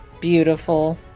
Beautiful